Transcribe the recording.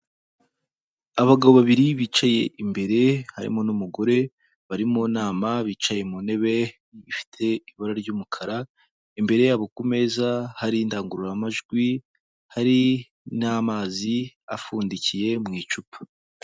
Abagabo babiri bicaye imbere harimo n'umugore, bari mu nama bicaye mu ntebe ifite ibara ry'umukara, imbere yabo ku meza hari indangururamajwi hari n'amazi apfundikiye mu icupa.